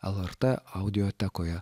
lrt audiotekoje